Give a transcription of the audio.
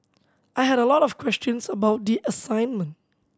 I had a lot of questions about the assignment